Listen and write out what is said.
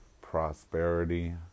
prosperity